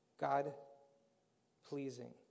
God-pleasing